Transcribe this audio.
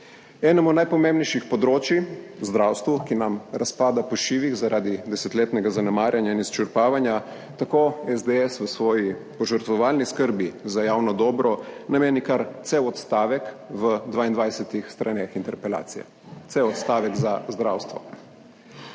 Enemu najpomembnejših področij, zdravstvu, ki nam razpada po šivih zaradi desetletnega zanemarjanja in izčrpavanja, tako SDS v svoji požrtvovalni skrbi za javno dobro nameni kar cel odstavek v 22 straneh interpelacije, cel odstavek za zdravstvo,